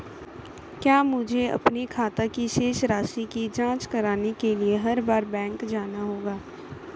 क्या मुझे अपने खाते की शेष राशि की जांच करने के लिए हर बार बैंक जाना होगा?